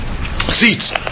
seats